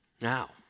Now